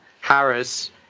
Harris